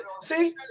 See